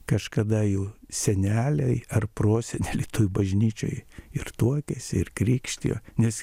kažkada jų seneliai ar proseneliai toj bažnyčioj ir tuokėsi ir krikštijo nes